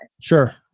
sure